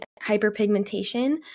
hyperpigmentation